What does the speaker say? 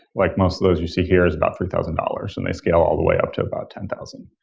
like most of those you see here is about three thousand dollars, and they scale all the way up to about ten thousand.